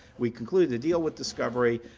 we concluded the deal with discovery,